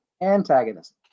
antagonist